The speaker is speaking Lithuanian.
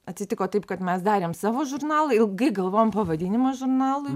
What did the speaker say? atsitiko taip kad mes darėm savo žurnalą ilgai galvojom pavadinimą žurnalui